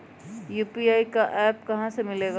UPI का app कहा से मिलेला?